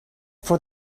for